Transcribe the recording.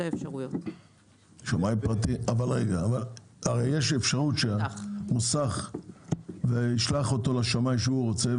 יש אפשרות שהמוסך ישלח אותו לשמאי שהוא רוצה,